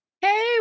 Hey